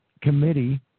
committee